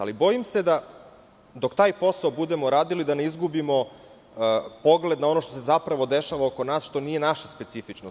Ali, bojim se da, dok taj posao budemo radili, da ne izgubimo pogled na ono što se zapravo dešava oko nas, što nije naša specifičnost.